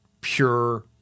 pure